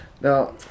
Now